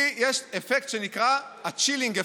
כי יש אפקט שנקרא chilling effect.